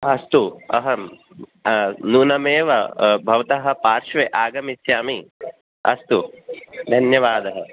अस्तु अहम् नूनमेव भवतः पार्श्वे आगमिष्यामि अस्तु धन्यवादः